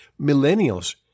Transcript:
Millennials